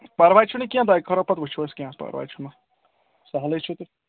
پَرواے چھُنہٕ کینٛہہ دۄیہِ خٲرا پَتہٕ وٕچھوس کینٛہہ ہَس پَرواے چھُنہٕ سَہلٕے چھُ تہٕ